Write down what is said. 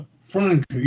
Frank